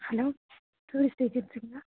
hello tourist ஏஜென்ஸிங்களா